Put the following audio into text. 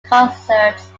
concerts